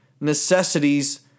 necessities